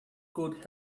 good